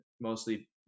mostly